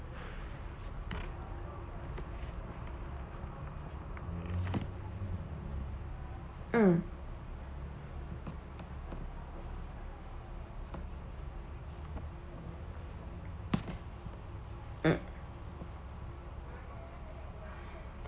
mm mm